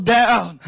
down